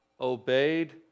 obeyed